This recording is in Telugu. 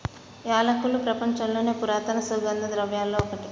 యాలకులు ప్రపంచంలోని పురాతన సుగంధ ద్రవ్యలలో ఒకటి